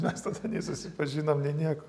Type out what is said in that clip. mes tada nei susipažinom nei nieko